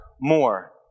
more